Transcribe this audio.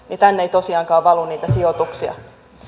tänne ei tosiaankaan valu niitä sijoituksia